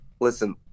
listen